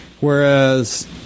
whereas